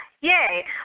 Yay